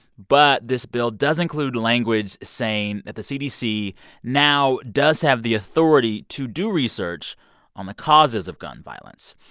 but this bill does include language saying that the cdc now does have the authority to do research on the causes of gun violence.